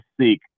seek